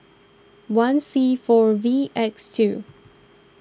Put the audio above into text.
one C four V X two